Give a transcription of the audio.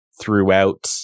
Throughout